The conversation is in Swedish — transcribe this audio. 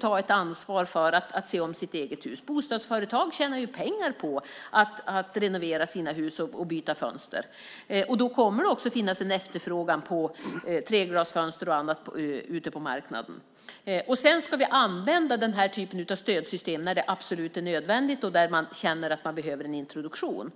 tar ansvar för att se om sitt hus. Bostadsföretag tjänar ju pengar på att renovera husen och byta fönster. Då kommer det också att finnas en efterfrågan på treglasfönster och annat ute på marknaden. Den här typen av stödsystem ska vi använda när det är absolut nödvändigt och det behövs en introduktion.